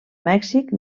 mèxic